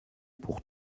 pour